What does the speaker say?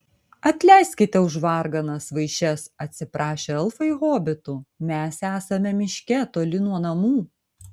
atleiskite už varganas vaišes atsiprašė elfai hobitų mes esame miške toli nuo namų